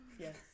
Yes